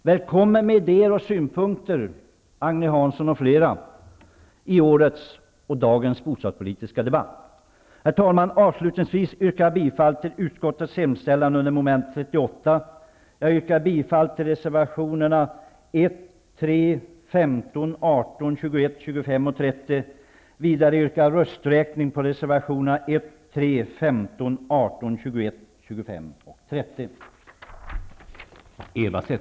Välkomna med idéer och synpunkter, Agne Herr talman! Avslutningsvis yrkar jag bifall till utskottets hemställan under mom. 38. Jag yrkar också bifall till reservationerna 1, 3, 15, 18, 21, 25 och 30. Jag kommer vidare att begära rösträkning när det gäller reservationerna 1, 3, 15, 18, 21, 25